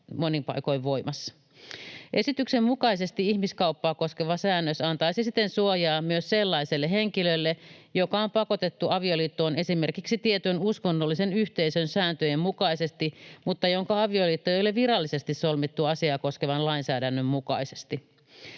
monin paikoin voimassa. Esityksen mukaisesti ihmiskauppaa koskeva säännös antaisi siten suojaa myös sellaiselle henkilölle, joka on pakotettu avioliittoon esimerkiksi tietyn uskonnollisen yhteisön sääntöjen mukaisesti mutta jonka avioliitto ei ole virallisesti solmittu asiaa koskevan lainsäädännön mukaisesti.